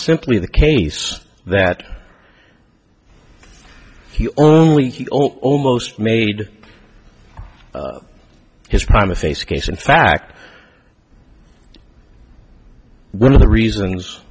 simply the case that he only almost made his prime a face case in fact one of the reasons